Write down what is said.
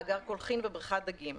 מאגר קולחים ובריכת דגים.